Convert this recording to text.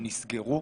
הם נסגרו.